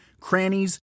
crannies